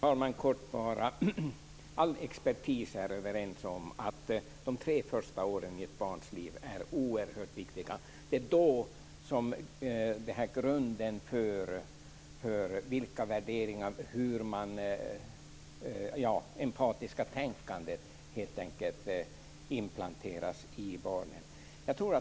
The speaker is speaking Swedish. Fru talman! All expertis är överens om att de tre första åren i ett barns liv är oerhört viktiga. Det är då grunden för värderingar och det empatiska tänkandet inplanteras i barnen.